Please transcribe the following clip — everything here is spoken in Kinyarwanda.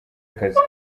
akazi